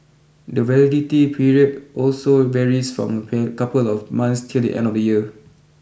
the validity period also varies from a pair couple of months till the end of the year